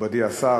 מכובדי השר,